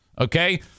Okay